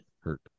hurt